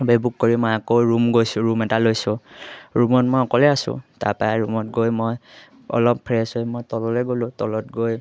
Uber book কৰি মই আকৌ ৰুম গৈছোঁ ৰুম এটা লৈছোঁ ৰুমত মই অকলৈ আছোঁ তাৰপৰা ৰুমত গৈ মই অলপ ফ্ৰেছ হৈ মই তললৈ গ'লোঁ তলত গৈ